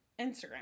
Instagram